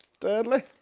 Deadly